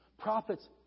Prophets